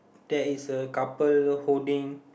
there is a couple holding